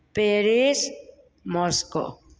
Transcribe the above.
Paris Morocco